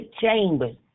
chambers